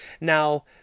now